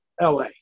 LA